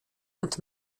und